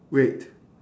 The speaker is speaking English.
wait